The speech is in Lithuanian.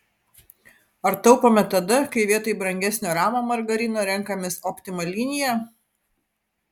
ar taupome tada kai vietoj brangesnio rama margarino renkamės optima liniją